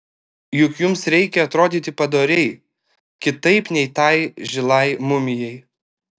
juk jums reikia atrodyti padoriai kitaip nei tai žilai mumijai